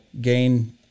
gain